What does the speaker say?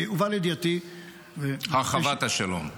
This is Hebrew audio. הובא לידיעתי --- הרחבת השלום.